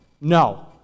No